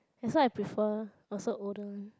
that's why I prefer also older one